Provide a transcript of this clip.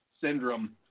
syndrome